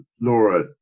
Laura